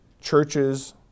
churches